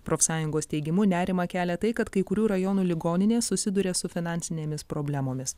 profsąjungos teigimu nerimą kelia tai kad kai kurių rajonų ligoninės susiduria su finansinėmis problemomis